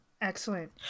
excellent